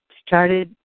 Started